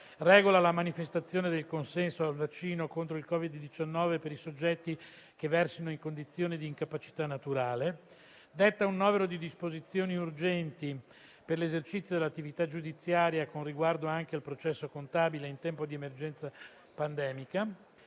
regola la manifestazione del consenso al vaccino contro il Covid-19 per i soggetti che versano in condizioni di incapacità naturale; detta un novero di disposizioni urgenti per l'esercizio dell'attività giudiziaria, anche con riguardo al processo contabile in tempo di emergenza pandemica;